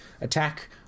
attack